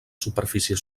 superfície